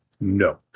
no